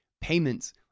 payments